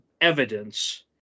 evidence